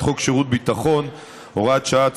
ותעבור לוועדת החוץ והביטחון להכנה לקריאה שנייה ושלישית.